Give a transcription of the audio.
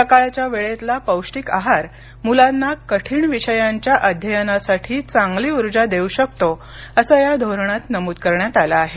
सकाळच्या वेळेतला पौष्टिक आहार मुलांना कठीण विषयांच्या अध्ययनासाठी चांगली ऊर्जा देऊ शकतो असं या धोरणात नमूद करण्यात आलं आहे